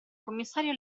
commissario